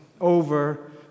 over